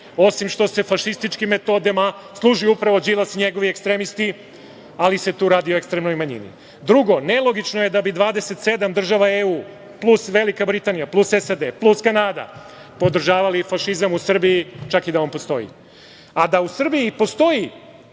osim što se fašističkim metodama služi upravo Đilas i njegovi ekstremisti, ali se tu radi o ekstremnoj manjini. Drugo, nelogično bi da bi 27 država EU, plus Velika Britanija, plus SAD, plus Kanada podržavali fašizam u Srbiji, čak i da on postoji. Da u Srbiji postoji